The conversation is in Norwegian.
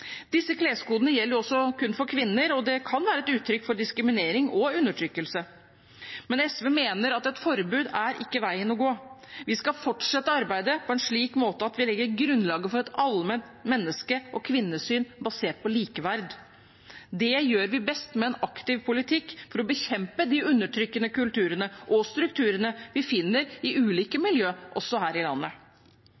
Disse kleskodene gjelder kun for kvinner, og det kan være et uttrykk for diskriminering og undertrykkelse. Men SV mener at et forbud ikke er veien å gå. Vi skal fortsette arbeidet på en slik måte at det legger grunnlaget for et allment menneske- og kvinnesyn basert på likeverd. Det gjør vi best med en aktiv politikk for å bekjempe de undertrykkende kulturene og strukturene vi finner i ulike